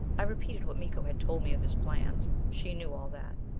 i repeated what miko had told me of his plans. she knew all that.